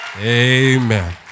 Amen